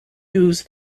use